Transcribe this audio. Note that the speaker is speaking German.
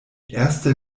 erster